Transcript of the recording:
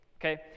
okay